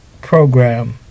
program